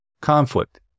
conflict